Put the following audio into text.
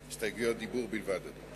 הסתייגויות דיבור בלבד.